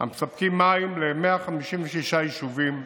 המספקים מים ל-156 יישובים,